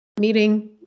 meeting